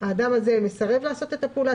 שהאדם הזה מסרב לעשות את הפעולה.